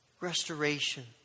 restoration